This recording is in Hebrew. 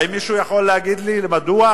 האם מישהו יכול להגיד לי מדוע?